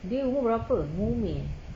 dia umur berapa umur umi eh